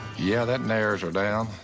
yeah, that narrows her down.